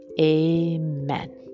Amen